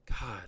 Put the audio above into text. God